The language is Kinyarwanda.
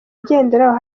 igenderaho